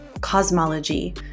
cosmology